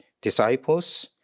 disciples